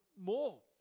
more